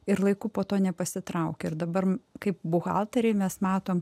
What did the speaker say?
ir laiku po to nepasitraukė ir dabar kaip buhalteriai mes matom